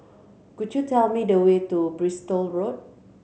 could you tell me the way to Bristol Road